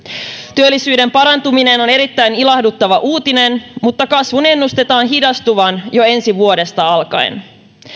työllisyyden parantuminen on erittäin ilahduttava uutinen mutta kasvun ennustetaan hidastuvan jo ensi vuodesta alkaen